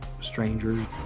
strangers